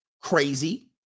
crazy